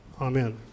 Amen